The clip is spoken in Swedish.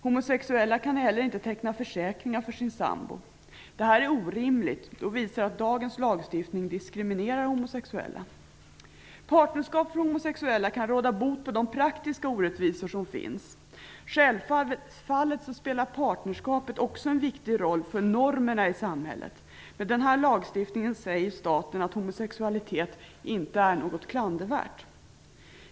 Homosexuella kan heller inte teckna försäkringar för sin sambo. Det är orimligt och visar att dagens lagstiftning diskriminerar homosexuella. Partnerskap för homosexuella kan råda bot på de praktiska orättvisor som finns. Självfallet spelar partnerskapet också en viktig roll för normerna i samhället. Med den här lagstiftningen säger staten att homosexualitet inte är något klandervärt.